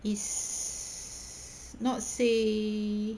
is not say